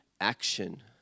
action